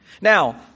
Now